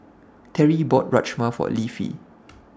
Teri bought Rajma For Leafy